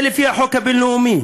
זה לפי החוק הבין-לאומי.